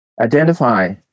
identify